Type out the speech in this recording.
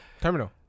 Terminal